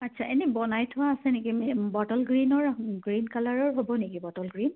আচ্ছা এনেই বনাই থোৱা আছে নেকি বটল গ্ৰীণৰ গ্ৰীণ কালাৰৰ হ'ব নেকি বটল গ্ৰীণ